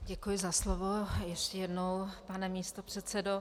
Děkuji za slovo ještě jednou, pane místopředsedo.